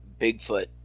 Bigfoot